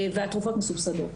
והתרופות מסובסדות.